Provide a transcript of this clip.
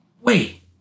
Wait